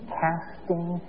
casting